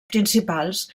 principals